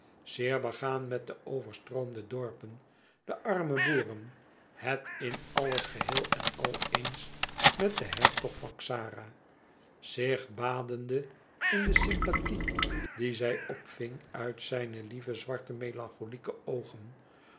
zeer begaan met de overstroomde dorpen de arme boeren het in alles geheel en al eens met den hertog van xara zich badende in de sympathie die zij opving uit zijne lieve zwarte melancholieke oogen